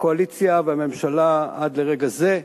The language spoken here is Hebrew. הקואליציה והממשלה, עד לרגע זה,